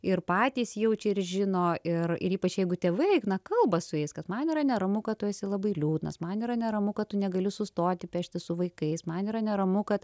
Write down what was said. ir patys jaučia ir žino ir ir ypač jeigu tėvai na kalba su jais kad man yra neramu kad tu esi labai liūdnas man yra neramu kad tu negali sustoti peštis su vaikais man yra neramu kad